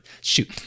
shoot